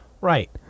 right